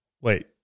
Wait